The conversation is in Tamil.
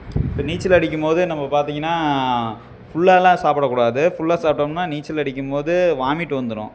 இப்போ நீச்சல் அடிக்கும்போது நம்ம பார்த்திங்கனா ஃபுல்லாலாம் சாப்பிட கூடாது ஃபுல்லா சாப்பிட்டோம்னா நீச்சல் அடிக்கும்போது வாமிட் வந்துடும்